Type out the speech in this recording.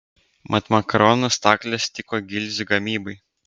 mat makaronų staklės tiko gilzių gamybai